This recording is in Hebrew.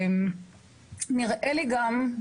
נראה לי גם,